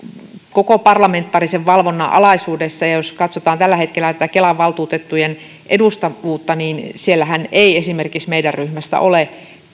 koko parlamentaarisen valvonnan alaisuudessa jos katsotaan tällä hetkellä tätä kelan valtuutettujen edustavuutta niin siellähän ei esimerkiksi meidän ryhmästä ole